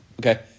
okay